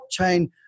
Blockchain